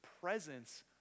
presence